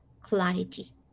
clarity